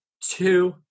two